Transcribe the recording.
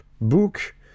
book